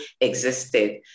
existed